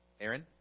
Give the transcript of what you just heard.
Aaron